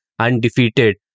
undefeated